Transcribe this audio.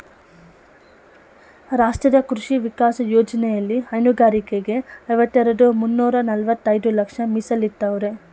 ರಾಷ್ಟ್ರೀಯ ಕೃಷಿ ವಿಕಾಸ ಯೋಜ್ನೆಲಿ ಹೈನುಗಾರರಿಗೆ ಐವತ್ತೆರೆಡ್ ಮುನ್ನೂರ್ನಲವತ್ತೈದು ಲಕ್ಷ ಮೀಸಲಿಟ್ಟವ್ರೆ